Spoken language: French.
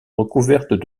recouvertes